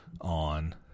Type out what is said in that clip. on